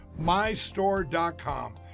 MyStore.com